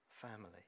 family